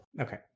Okay